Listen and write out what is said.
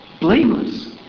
Blameless